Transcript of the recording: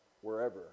wherever